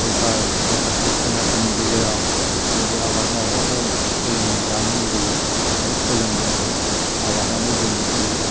बेखार माखासे सेंग्राफोरनि गेजोराव जों बे आबाद मावनायखौ सोलोंजानो लुबैयो आरो सोलोंनांगौ आबादआनो जोंनि जिउ